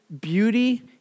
Beauty